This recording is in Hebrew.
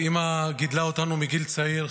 אימא גידלה אותנו מגיל צעיר,